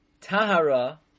Tahara